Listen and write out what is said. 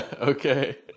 okay